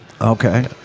Okay